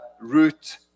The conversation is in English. Route